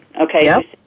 okay